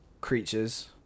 creatures